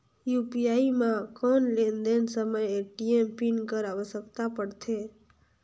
UPI म कौन लेन देन समय ए.टी.एम पिन कर आवश्यकता पड़थे?